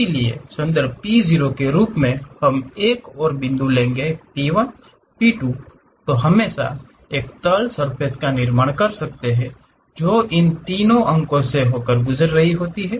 इसलिए संदर्भ बिंदु P 0 के रूप में हम एक और बिंदु लेंगे P 1 P 2 तो हम हमेशा एक तल सर्फ़ेस का निर्माण कर सकते हैं जो इन तीनों अंकसे होकर गुजर रही है